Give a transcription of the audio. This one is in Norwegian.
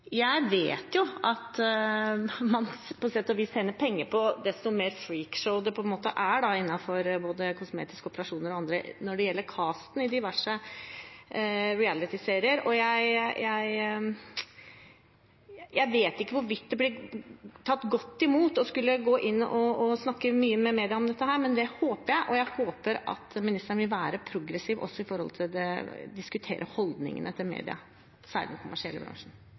Jeg vet at man på sett og vis tjener mer penger desto mer freakshow det er med både kosmetiske operasjoner og annet når det gjelder «castene» i diverse realityserier. Jeg vet ikke hvorvidt det blir tatt godt imot å snakke mye med media om dette, men det håper jeg. Og jeg håper ministeren vil være progressiv også når det gjelder å diskutere medias holdninger, særlig i den kommersielle bransjen.